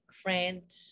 friends